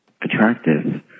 attractive